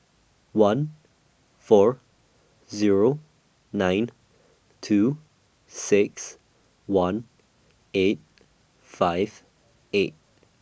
one four Zero nine two six one eight five eight